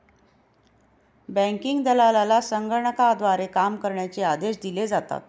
banking दलालाला संगणकाद्वारे काम करण्याचे आदेश दिले जातात